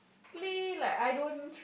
like I don't